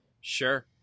Sure